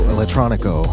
Electronico